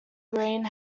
green